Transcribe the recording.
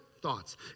thoughts